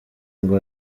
ngo